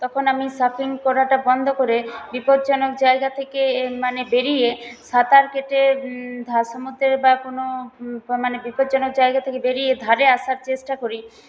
তখন আমি সার্ফিং করাটা বন্ধ করে বিপজ্জনক জায়গা থেকে মানে বেরিয়ে সাঁতার কেটে ধর সমুদ্রের বা কোনো মানে বিপজ্জনক জায়গা থেকে বেরিয়ে ধারে আসার চেষ্টা করি